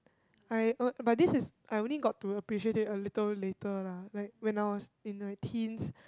I uh but this is I only got to appreciate it a little later lah like when I was in the teens